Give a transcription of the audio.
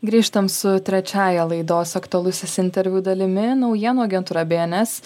grįžtam su trečiąja laidos aktualusis interviu dalimi naujienų agentūra bns